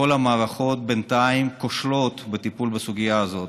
וכל המערכות בינתיים כושלות בטיפול בסוגיה הזאת.